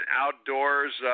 outdoors